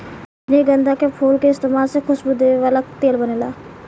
रजनीगंधा के फूल के इस्तमाल से खुशबू देवे वाला तेल बनेला